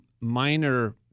minor